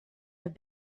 have